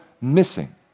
missing